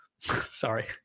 Sorry